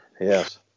Yes